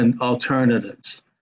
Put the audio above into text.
alternatives